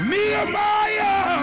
Nehemiah